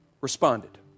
responded